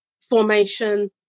formation